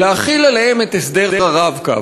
להחיל עליהן את הסדר ה"רב-קו"?